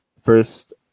First